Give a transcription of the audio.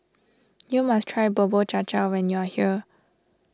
you must try Bubur Cha Cha when you are here